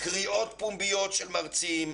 קריאות פומביות של מרצים.